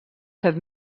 set